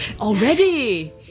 Already